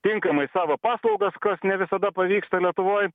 tinkamai savo paslaugas kas ne visada pavyksta lietuvoj